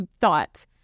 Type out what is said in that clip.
thought